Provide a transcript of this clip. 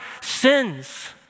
sins